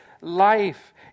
life